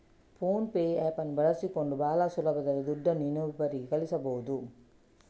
phone pay app ಅನ್ನು ಬಳಸಿಕೊಂಡು ಭಾಳ ಸುಲಭದಲ್ಲಿ ದುಡ್ಡನ್ನು ಇನ್ನೊಬ್ಬರಿಗೆ ಕಳಿಸಬಹುದು